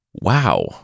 Wow